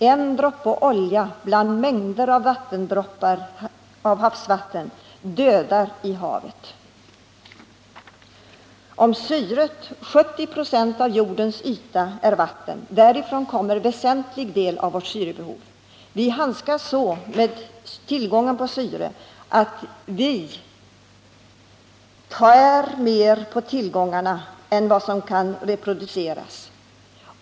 En droppe olja bland mängder av droppar havsvatten dödar i havet. 70 96 av jordens yta är vatten. Därifrån kommer en väsentlig del av det syre vi behöver. Vi handskas så med tillgången på syre att vi tär mer på tillgångarna än vad som kan reproduceras.